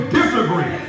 disagree